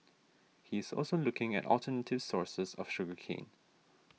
he is also looking at alternative sources of sugar cane